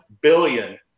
billion